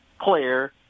player